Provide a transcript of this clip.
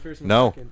No